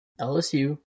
LSU